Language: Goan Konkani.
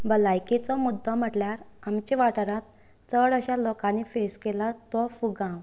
भलायकेचो मुद्दो म्हटल्यार आमचें वाठारांत चड अश्या लोकांनी फॅस केला तो फुगांव